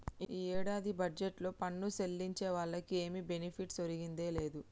ఈ ఏడాది బడ్జెట్లో పన్ను సెల్లించే వాళ్లకి ఏమి బెనిఫిట్ ఒరిగిందే లేదు